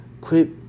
Quit